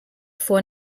vor